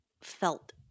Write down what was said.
felt